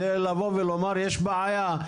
על מנת לבוא ולומר יש בעיה,